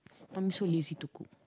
I'm so lazy to cook